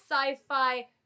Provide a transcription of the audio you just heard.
sci-fi